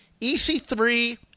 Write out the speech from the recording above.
EC3